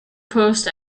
post